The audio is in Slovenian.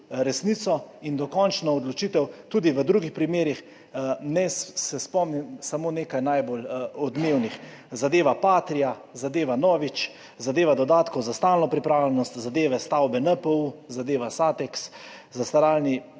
resnico in dokončno odločitev tudi v drugih primerih. Naj se spomnim samo nekaj najbolj odmevnih: zadeva Patria, zadeva Novič, zadeva dodatkov za stalno pripravljenost, zadeve stavbe NPU, zadeva Satex, zastaral